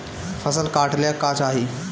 फसल काटेला का चाही?